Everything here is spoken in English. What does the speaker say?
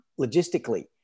logistically